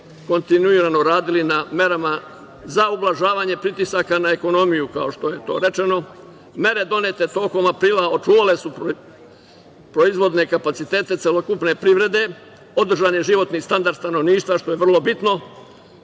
kontinuirano radili na merama za ublažavanje pritisaka na ekonomiju, kao što je to rečeno. Mere donete tokom aprila očuvale su proizvodne kapacitete celokupne privrede, održan je životni standard stanovništva, što je vrlo bitno,